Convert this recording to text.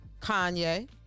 Kanye